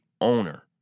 owner